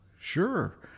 sure